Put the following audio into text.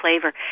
flavor